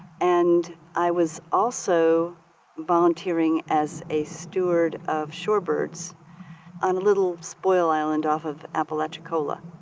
and i was also volunteering as a steward of shorebirds on a little spoil island off of apalachicola.